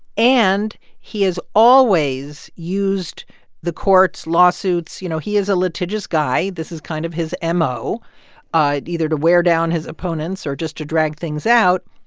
and he has always used the courts, lawsuits. you know, he is a litigious guy. this is kind of his ah mo either to wear down his opponents or just to drag things out.